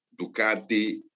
Ducati